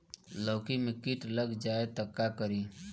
लौकी मे किट लग जाए तो का करी?